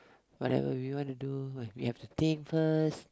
whatever we wanna to do we have to think first